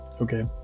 okay